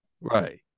Right